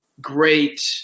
great